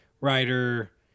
writer